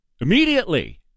Immediately